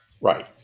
Right